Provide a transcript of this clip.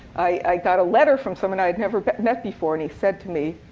i got a letter from someone i had never met before. and he said to me,